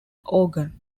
organ